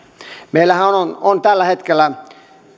meillähän on on tällä hetkellä